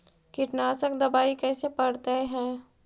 कीटनाशक दबाइ कैसे पड़तै है?